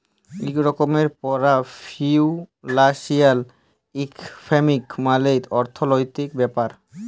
ইক রকমের পড়া ফিলালসিয়াল ইকলমিক্স মালে অথ্থলিতির ব্যাপার